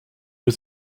was